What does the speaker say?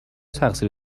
تقصیر